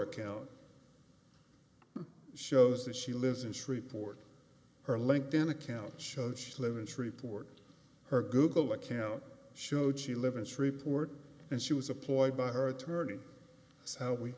account shows that she lives in shreveport her linked in account showed she live in shreveport her google account showed she live in shreveport and she was a ploy by her attorney so how we